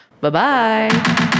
Bye-bye